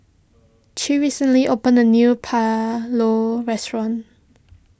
Che recently opened a new Pulao Restaurant